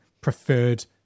preferred